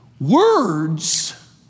Words